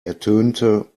ertönte